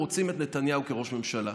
רוצים את נתניהו כראש ממשלה.